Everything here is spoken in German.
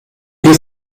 wir